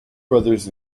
brothers